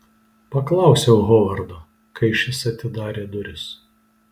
paklausiau hovardo kai šis atidarė duris